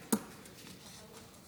חברי הכנסת,